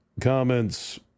comments